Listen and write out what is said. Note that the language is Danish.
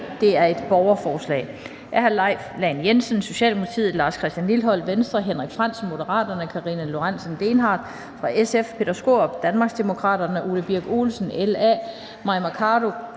det her borgerforslag